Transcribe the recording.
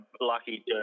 lucky